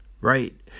right